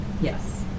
Yes